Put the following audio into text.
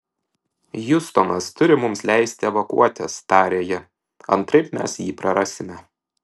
hjustonas turi mums leisti evakuotis tarė ji antraip mes jį prarasime